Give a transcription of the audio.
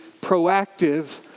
proactive